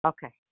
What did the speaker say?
Okay